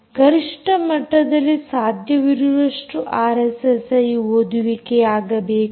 ಗರಿಷ್ಠ ಮಟ್ಟದಲ್ಲಿ ಸಾಧ್ಯವಿರುವಷ್ಟು ಆರ್ಎಸ್ಎಸ್ಐ ಓದುವಿಕೆಯಾಗಬೇಕು